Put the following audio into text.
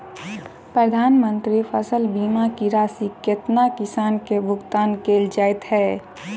प्रधानमंत्री फसल बीमा की राशि केतना किसान केँ भुगतान केल जाइत है?